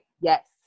Yes